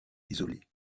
isolée